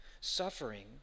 Suffering